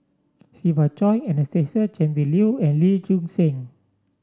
Siva Choy Anastasia Tjendri Liew and Lee Choon Seng